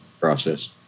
process